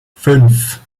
fünf